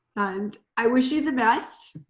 and i wish you the best.